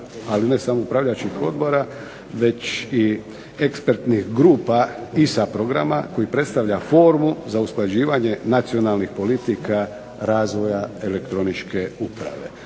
ali ne samoupravljačkih odbora već i ekspertnih grupa ISA programa koji predstavlja formu za usklađivanje nacionalnih politika razvoja elektroničke uprave.